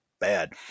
bad